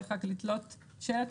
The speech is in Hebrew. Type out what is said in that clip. צריך רק לתלות שלט.